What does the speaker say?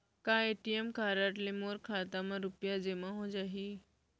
का ATM card ले मोर खाता म रुपिया जेमा हो जाही?